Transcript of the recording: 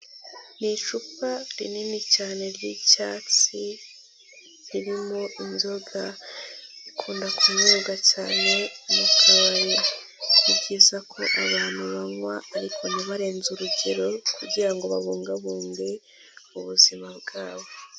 Ni icupa rinini cyane ry'icyatsi ririmo inzoga ikunda kunyowega cyane mukabari byizayiza ko abantu banywa ariko ntibarenze urugero kugirango babungabunge ubuzima bwabo.